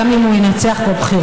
גם אם הוא ינצח בבחירות.